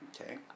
okay